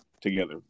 together